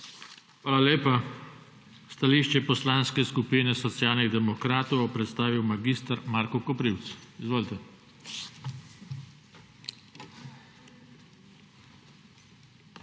Hvala lepa. Stališče Poslanske skupine Socialnih demokratov bo predstavil mag. Marko Koprivc. Izvolite.